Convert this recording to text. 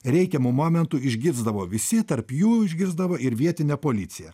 reikiamu momentu išgirsdavo visi tarp jų išgirsdavo ir vietinė policija